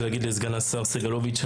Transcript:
להגיד לסגן השר סגלוביץ',